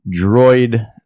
droid